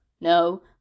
no